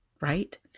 right